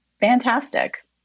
Fantastic